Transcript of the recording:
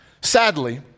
Sadly